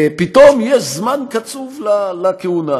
פתאום יש זמן קצוב לכהונה.